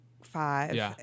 Five